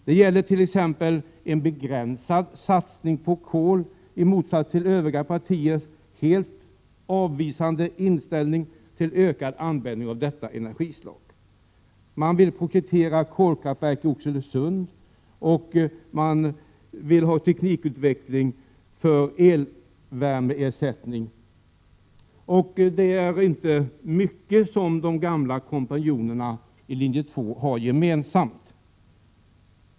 Det gäller t.ex. en begränsad satsning på kol i motsats till övriga partiers helt avvisande inställning till ökad användning av detta energislag. Projektering av kolkraftverk i Oxelösund och teknikutveckling för elvärmeersättning är andra frågor som de gamla Linje 2-kompanjonerna har gemensamt, men inte är det mycket kvar.